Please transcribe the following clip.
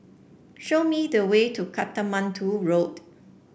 show me the way to Katmandu Road